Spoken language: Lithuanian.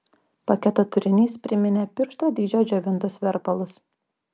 paketo turinys priminė piršto dydžio džiovintus verpalus